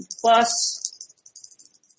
plus